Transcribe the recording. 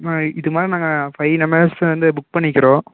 அண்ணா இது மாதிரி நாங்கள் ஃபை நமர்ஸ் வந்து புக் பண்ணிக்கிறோம்